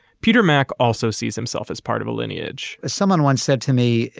peter mac also sees himself as part of a lineage someone once said to me,